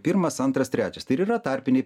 pirmas antras trečias tai ir yra tarpiniai